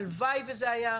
הלוואי וזה היה.